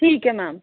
ਠੀਕ ਹੈ ਮੈੋਮ